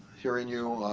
hearing you